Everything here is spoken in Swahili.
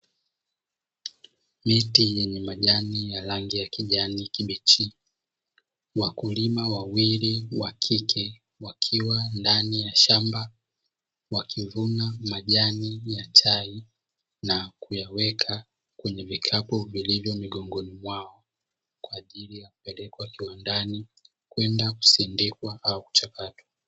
Miti yenye majani ya rangi ya kijani kibichi, wakulima wawili wa kike wakiwa ndani ya shamba wakivuna majani ya chai na kuyaweka kwenye vikapu vilivyo mgongoni mwao kwa ajili ya kupelekwa kiwandani kwenda kusindikwa au kuchakatwa.